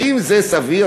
האם זה סביר?